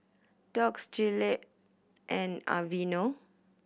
Doux Gillette and Aveeno